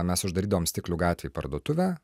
mes uždarydavom stiklių gatvėj parduotuvę